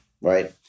right